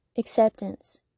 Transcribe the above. Acceptance